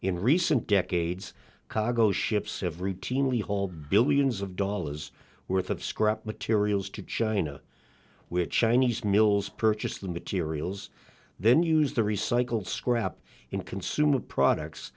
in recent decades cargo ships have routinely hold billions of dollars worth of scrap materials to china which chinese mills purchased the materials then used the recycled scrap in consumer products